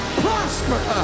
prosper